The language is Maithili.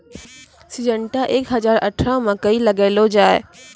सिजेनटा एक हजार अठारह मकई लगैलो जाय?